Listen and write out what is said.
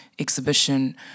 exhibition